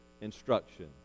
instruction